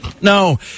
No